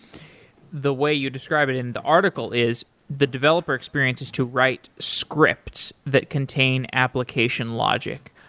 the way you described it in the article is the developer experience is to write scripts that contain application logic.